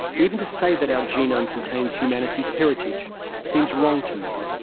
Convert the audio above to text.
even to say that our genome contains humanity's heritage seems wrong to me.